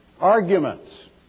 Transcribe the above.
arguments